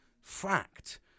fact